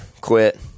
quit